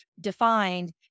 defined